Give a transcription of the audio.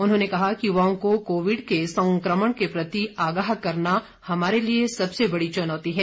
उन्होंने कहा कि युवाओं को कोविड के संक्रमण के प्रति आगाह करना हमारे लिए सबसे बड़ी चुनौती है